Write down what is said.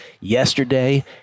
Yesterday